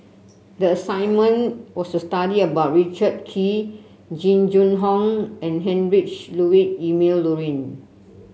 the assignment was to study about Richard Kee Jing Jun Hong and Heinrich Ludwig Emil Luering